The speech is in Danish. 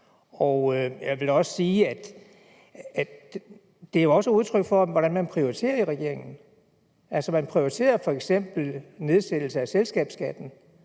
Jeg vil også sige, at det er udtryk for, hvordan man prioriterer i regeringen. Altså, man prioriterer f.eks. nedsættelse af selskabsskatten